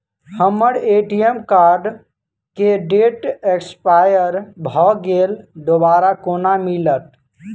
हम्मर ATM card केँ date expire भऽ गेल दोबारा कोना मिलत?